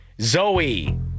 Zoe